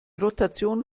rotation